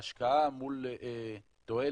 בהשקעה מול תועלת,